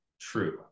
true